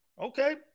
Okay